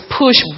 push